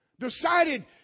decided